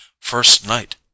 first-night